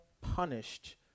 punished